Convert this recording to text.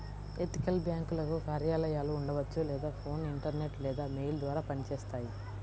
ethical బ్యేంకులకు కార్యాలయాలు ఉండవచ్చు లేదా ఫోన్, ఇంటర్నెట్ లేదా మెయిల్ ద్వారా పనిచేస్తాయి